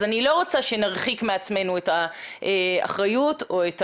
אז אני לא רוצה שנרחיק מעצמנו את האחריות או את